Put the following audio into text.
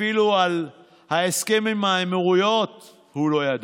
אפילו על ההסכם עם האמירויות הוא לא ידע,